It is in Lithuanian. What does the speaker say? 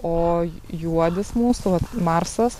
o juodis mūsų vat marsas